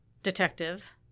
detective